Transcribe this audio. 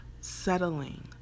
settling